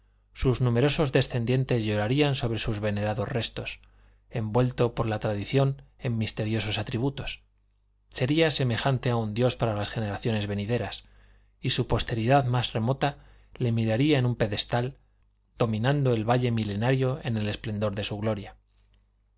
sus numerosos descendientes llorarían sobre sus venerados restos envuelto por la tradición en misteriosos atributos sería semejante a un dios para las generaciones venideras y su posteridad más remota le miraría en un pedestal dominando el valle milenario en el esplendor de su gloria